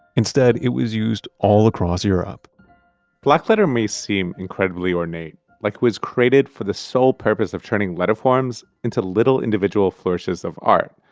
instead, it was used all across europe blackletter may seem incredibly ornate like it was created for the sole purpose of turning letterforms into little individual flourishes of art.